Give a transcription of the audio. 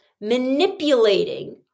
manipulating